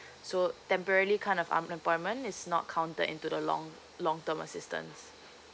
so temporarily kind of unemployment is not counted into the long long term assistance